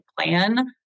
plan